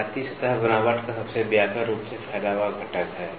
लहराती सतह बनावट का सबसे व्यापक रूप से फैला हुआ घटक है